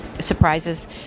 surprises